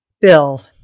Bill